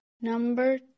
Number